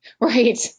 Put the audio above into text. Right